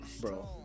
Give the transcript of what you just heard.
Bro